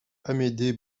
amédée